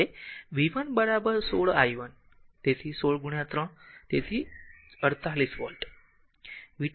હવે v 1 16 i 1 તેથી 16 3